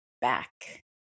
back